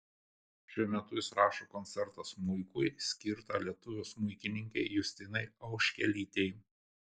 šiuo metu jis rašo koncertą smuikui skirtą lietuvių smuikininkei justinai auškelytei